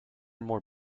more